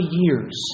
years